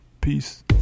Peace